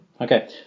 Okay